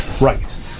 Right